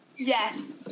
Yes